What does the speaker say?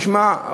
תשמע,